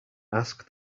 ask